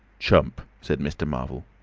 chump, said mr. marvel.